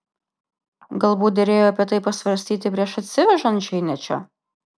galbūt derėjo apie tai pasvarstyti prieš atsivežant džeinę čia